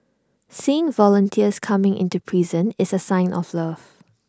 seeing volunteers coming into prison is A sign of love